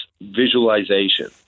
visualization